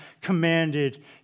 commanded